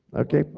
ok,